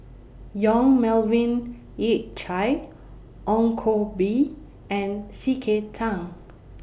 Yong Melvin Yik Chye Ong Koh Bee and C K Tang